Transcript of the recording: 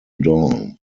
dawn